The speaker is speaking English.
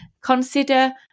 Consider